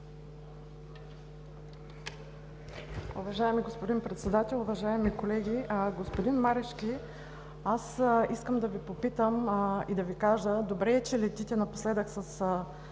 Уважаеми господин Председател, уважаеми колеги! Господин Марешки, искам да Ви попитам и да Ви кажа – добре е, че напоследък